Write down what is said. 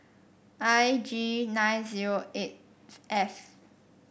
I G nine zero eight F